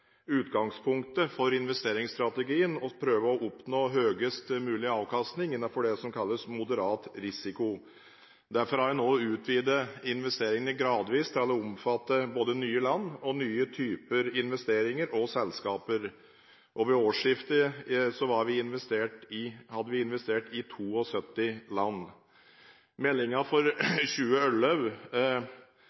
utgangspunktet for investeringsstrategien å prøve å oppnå høyest mulig avkastning innenfor det som kalles moderat risiko. Derfor har jeg nå utvidet investeringene gradvis til å omfatte både nye land og nye typer investeringer og selskaper. Ved årsskiftet hadde vi investert i 72 land. I meldingen for